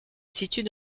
situe